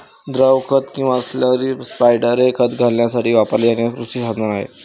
द्रव खत किंवा स्लरी स्पायडर हे खत घालण्यासाठी वापरले जाणारे कृषी साधन आहे